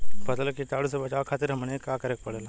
फसल के कीटाणु से बचावे खातिर हमनी के का करे के पड़ेला?